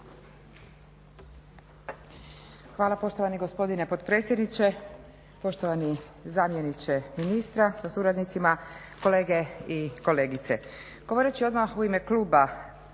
Hvala poštovani gospodine potpredsjedniče, poštovani zamjeniče ministra sa suradnicima, kolege i kolegice.